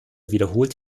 wiederholt